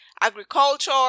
agriculture